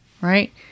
right